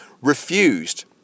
refused